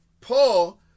Paul